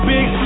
Big